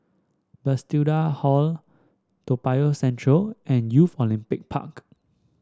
Bethesda Hall Toa Payoh Central and Youth Olympic Park